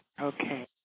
Okay